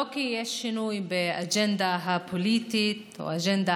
לא כי יש שינוי באג'נדה הפוליטית או האג'נדה